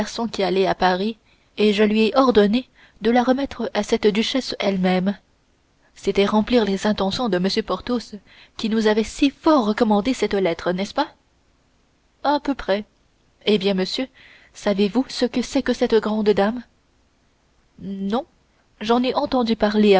qui allait à paris et je lui ai ordonné de la remettre à cette duchesse elle-même c'était remplir les intentions de m porthos qui nous avait si fort recommandé cette lettre n'est-ce pas à peu près eh bien monsieur savez-vous ce que c'est que cette grande dame non j'en ai entendu parler